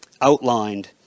outlined